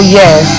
yes